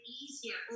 easier